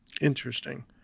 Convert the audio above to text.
Interesting